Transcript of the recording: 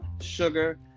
sugar